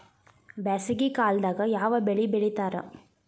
ಬ್ಯಾಸಗಿ ಕಾಲದಾಗ ಯಾವ ಬೆಳಿ ಬೆಳಿತಾರ?